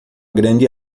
grande